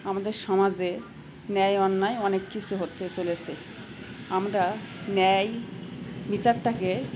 আমাদের সমাজে ন্যায় অন্যায় অনেক কিছু হতে চলেছে আমরা ন্যায়াই বিচারটাকে